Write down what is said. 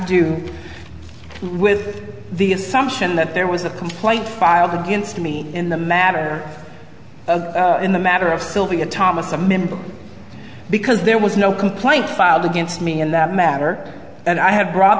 do with the assumption that there was a complaint filed against me in the matter in the matter of sylvia thomas a member because there was no complaint filed against me in that matter and i have brought